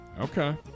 Okay